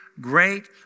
great